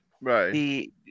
Right